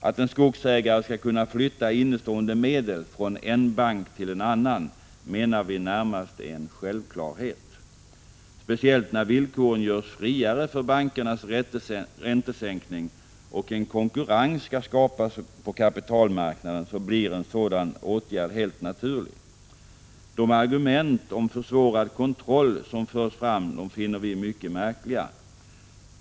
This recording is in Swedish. Att en skogsägare skall kunna flytta innestående medel från en bank till annan menar vi är närmast en självklarhet. Speciellt när villkoren görs friare för bankernas räntesättning och en konkurrens på kapitalmarknaden skapas blir en sådan åtgärd helt naturlig. De argument om försvårad kontroll som förs fram finner vi mycket märkliga.